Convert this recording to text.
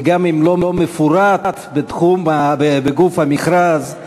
וגם אם לא מפורט בגוף המכרז,